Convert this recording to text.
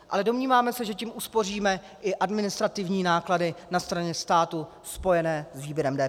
Ale domníváme se, že tím uspoříme i administrativní náklady na straně státu spojené s výběrem DPH.